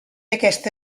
aquesta